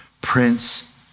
prince